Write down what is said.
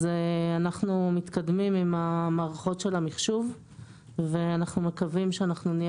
אז אנחנו מתקדמים עם מערכות המחשוב ומקווים שנהיה